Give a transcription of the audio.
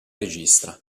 regista